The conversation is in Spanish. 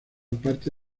parte